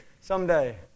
someday